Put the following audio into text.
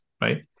right